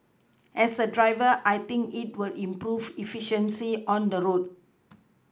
as a driver I think it will improve efficiency on the road